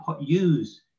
use